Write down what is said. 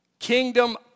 kingdom